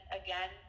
again